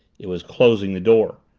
it was closing the door.